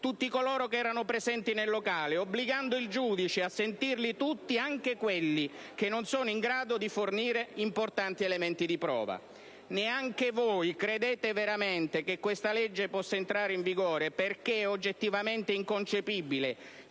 tutti coloro che erano presenti nel locale, obbligando il giudice a sentirli tutti, anche quelli che non sono in grado di fornire importanti elementi di prova. Neanche voi credete veramente che questa legge possa entrare in vigore, perché è oggettivamente inconcepibile